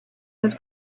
his